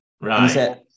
Right